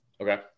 Okay